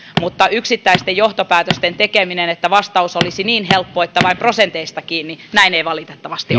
mutta yksittäisten johtopäätösten tekeminen se että vastaus olisi niin helppo että on vain prosenteista kiinni näin ei valitettavasti